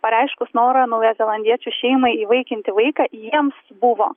pareiškus norą naujazelandiečių šeimai įvaikinti vaiką jiems buvo